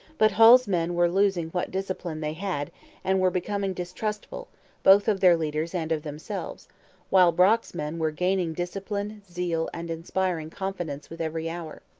but hull's men were losing what discipline they had and were becoming distrustful both of their leaders and of themselves while brock's men were gaining discipline, zeal, and inspiring confidence with every hour.